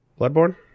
Bloodborne